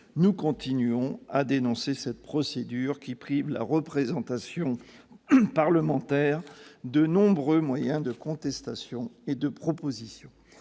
Nous continuerons à dénoncer cette procédure qui prive la représentation parlementaire de nombreux moyens de contestation et de proposition.